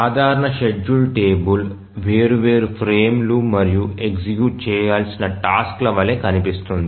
సాధారణ schedule table వేర్వేరు ఫ్రేమ్లు మరియు ఎగ్జిక్యూట్ చేయాల్సిన టాస్క్ ల వలె కనిపిస్తుంది